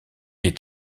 est